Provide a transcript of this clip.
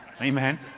Amen